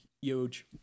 huge